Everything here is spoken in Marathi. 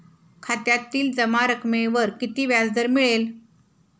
खात्यातील जमा रकमेवर किती व्याजदर मिळेल?